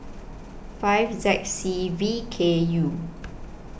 five Z C V K U